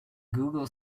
google